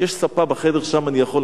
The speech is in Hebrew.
יש ספה בחדר שם, אני יכול.